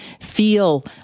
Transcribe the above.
feel